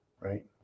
right